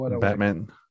Batman